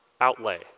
outlay